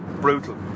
brutal